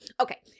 Okay